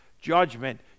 Judgment